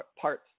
parts